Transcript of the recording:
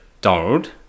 Donald